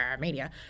media